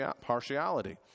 partiality